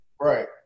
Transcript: Right